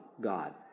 God